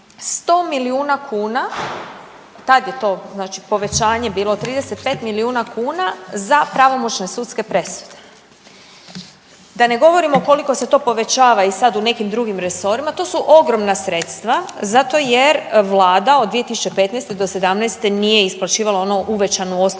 100 milijuna kuna, tad je to znači povećanje bilo 35 milijuna kuna za pravomoćne sudske presude. Da ne govorimo koliko se to povećava i sad u nekim drugim resorima. To su ogromna sredstva, zato jer Vlada od 2015. do sedamnaeste nije isplaćivala ono uvećanu osnovicu